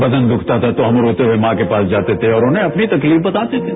बदन दुखता था तो हम रोते हुए मां के पास जाते थे और उन्हें हम अपनी तकलीफ बताते थे